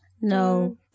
No